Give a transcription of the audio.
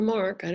Mark